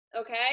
Okay